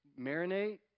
marinate